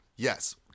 Yes